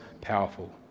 powerful